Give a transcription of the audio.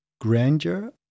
grandeur